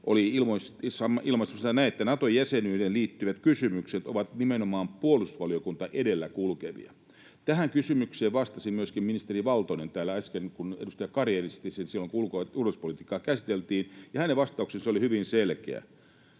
ilmaisi asian näin, että Nato-jäsenyyteen liittyvät kysymykset ovat nimenomaan puolustusvaliokunta edellä kulkevia. Tähän kysymykseen vastasi myöskin ministeri Valtonen täällä äsken, kun edustaja Kari esitti sen silloin, kun ulko- ja turvallisuuspolitiikkaa käsiteltiin, ja hänen vastauksensa oli hyvin selkeä.